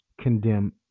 condemn